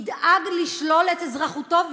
ידאג לשלול את אזרחותו,